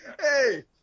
Hey